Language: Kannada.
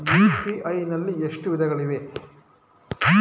ಯು.ಪಿ.ಐ ನಲ್ಲಿ ಎಷ್ಟು ವಿಧಗಳಿವೆ?